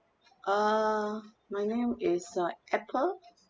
uh my name is uh apple